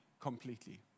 completely